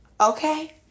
Okay